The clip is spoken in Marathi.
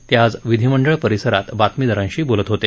ते आज विधीमंडळ परिसरात बातमीदारांशी बोलत होते